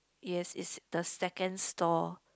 yes it's the second store